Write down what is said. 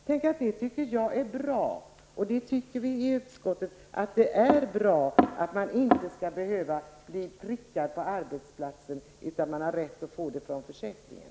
Detta tycker jag är bra, och vi tycker i utskottet att det är bra att man inte skall behöva bli prickad på arbetsplatsen utan att man har rätt att få pengar från försäkringen.